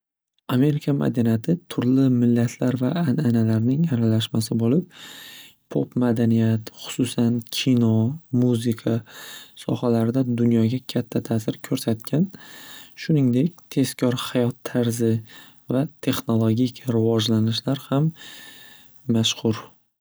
Amerika madaniyati turli millatlar va an'analarning aralashmasi bo'lib po'p madaniyat xususan kino, muzika sohalarida dunyoga katta ta'sir ko'rsatgan shuningdek tezkor hayot tarzi va texnologik rivojlanishlar ham mashxur.